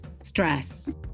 stress